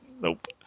nope